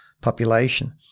population